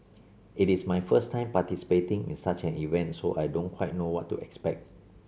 it is my first time participating in such an event so I don't quite know what to expect